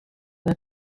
were